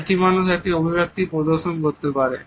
একটি মানুষ এমন একটি অভিব্যক্তি প্রদর্শন করতে পারে